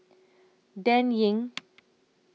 Dan Ying